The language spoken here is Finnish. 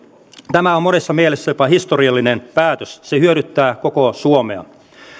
tämä on monessa mielessä jopa historiallinen päätös se hyödyttää koko suomea